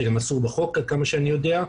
זה גם אסור בחוק עד כמה שאני יודע.